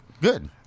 Good